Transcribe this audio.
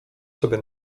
sobie